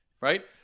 Right